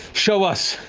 show us.